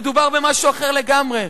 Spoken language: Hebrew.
מדובר במשהו אחר לגמרי,